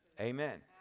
Amen